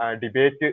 debate